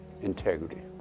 Integrity